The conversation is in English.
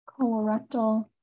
colorectal